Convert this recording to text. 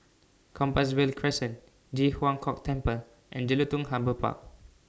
Compassvale Crescent Ji Huang Kok Temple and Jelutung Harbour Park